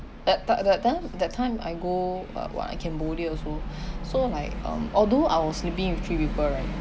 at that that time that time I go uh what what cambodia also so like um although I was sleeping with three people right